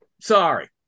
Sorry